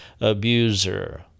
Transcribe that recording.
abuser